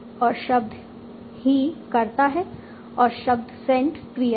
और शब्द ही कर्ता है और शब्द सेंट क्रिया है